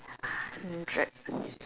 hundred